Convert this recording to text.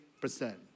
percent